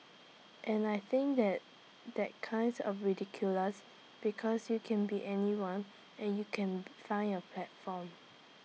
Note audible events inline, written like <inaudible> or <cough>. and I think that that's kinds of ridiculous because you can be anyone <noise> and you can find your platform